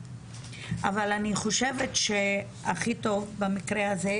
אני חושבת שהכי טוב במקרה הזה,